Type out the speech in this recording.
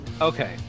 Okay